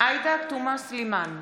עאידה תומא סלימאן,